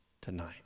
tonight